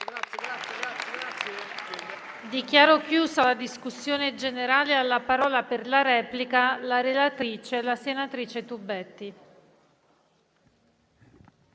Grazie,